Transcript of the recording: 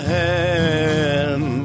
hand